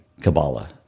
Kabbalah